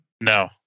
No